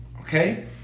Okay